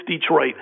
Detroit